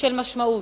ושל משמעות.